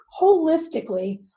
holistically